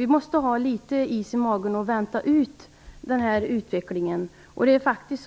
Men vi får ha litet is i magen och vänta ut denna utveckling. Vi i Sverige